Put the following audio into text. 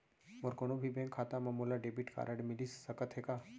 मोर कोनो भी बैंक खाता मा मोला डेबिट कारड मिलिस सकत हे का?